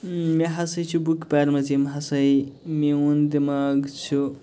مےٚ ہسا چھُ بُکہٕ پرِمَژ یِم ہسا میوٗن دیٚماغ چھُ